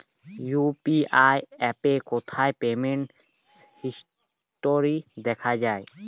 UPI অ্যাপে কোথায় payment history দেখা যায়?